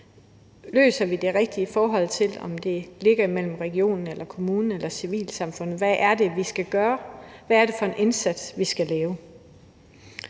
Løser vi det rigtigt, i forhold til om det ligger i regionen eller kommunen eller civilsamfundet? Hvad er det, vi skal gøre? Hvad er det for en indsats, vi skal gøre?